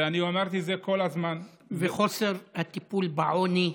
ואני אמרתי את זה כל הזמן, וחוסר הטיפול בעוני,